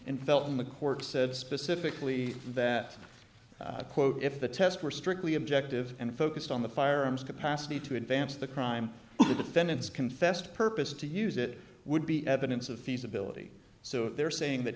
and felt in the court said specifically that quote if the test were strictly objective and focused on the firearms capacity to advance the crime the defendants confessed purposed to use it would be evidence of feasibility so they're saying that